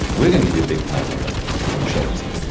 we are going to give you a big pat on the on the shoulders here.